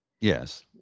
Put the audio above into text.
Yes